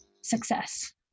success